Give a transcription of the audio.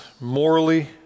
morally